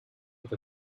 with